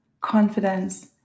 confidence